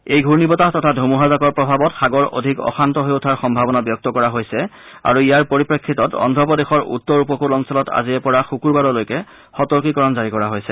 এই ঘূৰ্ণি বতাহ তথা ধুমুহাজাকৰ প্ৰভাৱত সাগৰ অধিক অশান্ত হৈ উঠাৰ সম্ভাৱনা ব্যক্ত কৰা হৈছে আৰু ইয়াৰ পৰিপ্ৰেক্ষিতত অভ্ৰপ্ৰদেশৰ উত্তৰ উপকল অঞ্চলত আজিৰে পৰা শুকুবাৰলৈকে সতৰ্কীকৰণ জাৰি কৰা হৈছে